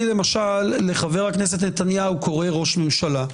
אני למשל לחבר הכנסת נתניהו קורא ראש ממשלה.